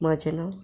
म्हजे नांव